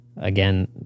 Again